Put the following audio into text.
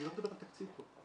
אני לא מדבר על תקציב פה.